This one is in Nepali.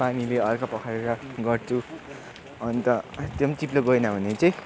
पानीले हल्का पखालेर गर्छु अन्त त्यो पनि चिप्लो गएन भने चाहिँ